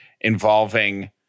involving